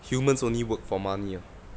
humans only work for money ah